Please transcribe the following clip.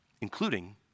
including